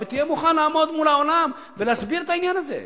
ותהיה מוכן לעמוד מול העולם ולהסביר את העניין הזה.